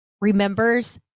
remembers